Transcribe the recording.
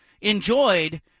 enjoyed